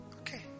okay